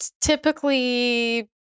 typically